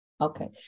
Okay